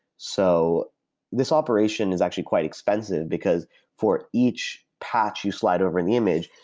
so this operation is actually quite expensive, because for each patch you slide over in the image,